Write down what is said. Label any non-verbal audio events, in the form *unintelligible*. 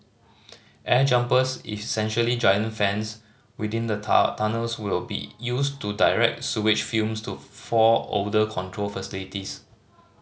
air jumpers essentially giant fans within the *unintelligible* tunnels will be used to direct sewage fumes to four odour control facilities